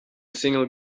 single